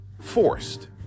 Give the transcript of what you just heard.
forced